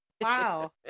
Wow